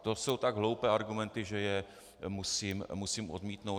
To jsou tak hloupé argumenty, že je musím odmítnout.